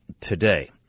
today